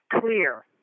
clear